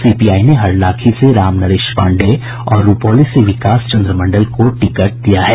CPI ने हरलाखी से राम नरेश पांडेय और रूपौली से विकास चन्द्र मंडल को टिकट दिया है